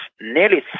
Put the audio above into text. nearly